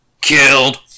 Killed